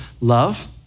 love